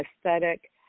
aesthetic